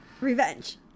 revenge